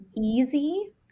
easy